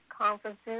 conferences